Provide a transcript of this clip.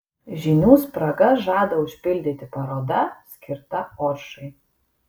žinių spragas žada užpildyti paroda skirta oršai